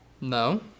No